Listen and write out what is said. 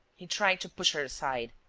he tried to push her aside.